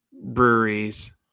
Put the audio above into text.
breweries